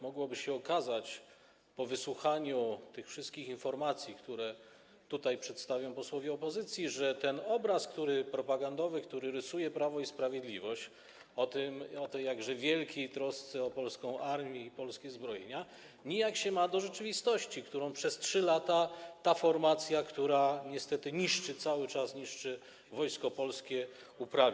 Mogłoby się okazać po wysłuchaniu tych wszystkich informacji, które tutaj przedstawią posłowie opozycji, że ten obraz propagandowy, który rysuje Prawo i Sprawiedliwość, tej jakże wielkiej troski o polską armię i polskie zbrojenia, nijak się ma do rzeczywistości, którą przez 3 lata ta formacja, która niestety niszczy, cały czas niszczy Wojsko Polskie, tworzy.